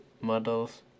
models